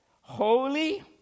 holy